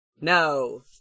No